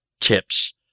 tips